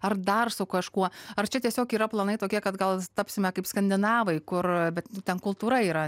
ar dar su kažkuo ar čia tiesiog yra planai tokie kad gal tapsime kaip skandinavai kur bet nu ten kultūra yra